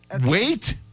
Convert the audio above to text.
Wait